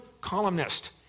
columnist